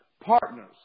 partners